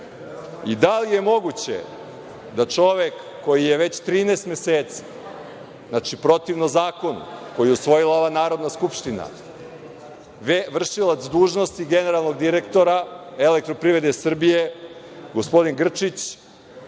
da li je moguće da čovek koji je već 13 meseci, protivno zakonu koji je usvojila ova Narodna skupština, vršilac dužnosti generalnog direktora EPS, gospodin Grčić,